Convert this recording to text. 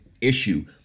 issue